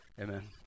Amen